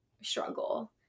struggle